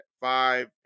five